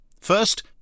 First